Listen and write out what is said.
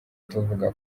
tuvuga